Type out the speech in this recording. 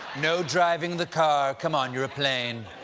no driving the car. come on, you're a plane.